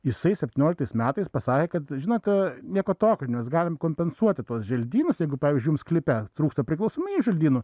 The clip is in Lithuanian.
jisai septynioliktais metais pasakė kad žinote nieko tokio nes galim kompensuoti tuos želdynus jeigu pavyzdžiui jum sklype trūksta priklausomųjų želdynų